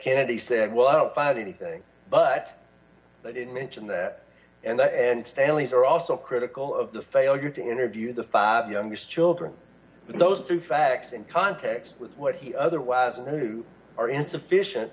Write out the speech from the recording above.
he said well i don't find anything but they did mention that and i and staley's are also critical of the failure to interview the five youngest children but those two facts in context with what he otherwise and who are insufficient